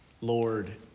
Lord